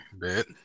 Bet